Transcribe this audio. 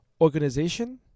organization